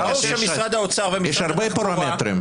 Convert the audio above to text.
יש הרבה פרמטרים.